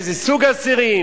איזה סוג אסירים,